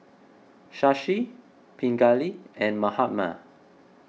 Shashi Pingali and Mahatma